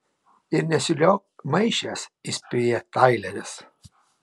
ir nesiliauk maišęs įspėja taileris